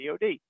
DOD